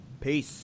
Peace